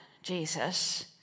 jesus